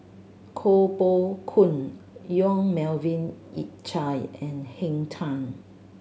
Koh Poh Koon Yong Melvin Yik Chye and Henn Tan